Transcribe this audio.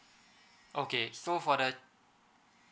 okay so for the